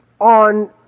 on